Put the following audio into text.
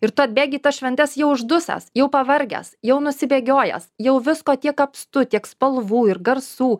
ir tu atbėgi į tas šventes jau uždusęs jau pavargęs jau nusibėgiojęs jau visko tiek apstu tiek spalvų ir garsų